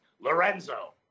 Lorenzo